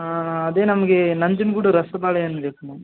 ಅದೇ ನಮಗೆ ನಂಜನಗೂಡು ರಸ ಬಾಳೆಹಣ್ಣು ಬೇಕು ಮ್ಯಾಮ್